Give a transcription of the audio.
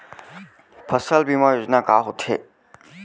फसल बीमा योजना का होथे?